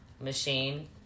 Machine